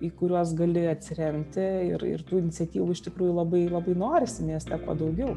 į kuriuos gali atsiremti ir ir tų iniciatyvų iš tikrųjų labai labai norisi mieste kuo daugiau